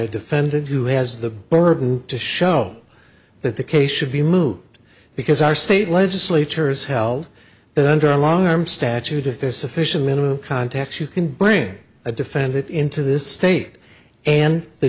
a defendant who has the burden to show that the case should be moved because our state legislatures held that under a long arm statute if there's sufficient minimum contacts you can bring a defendant into this state and the